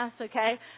okay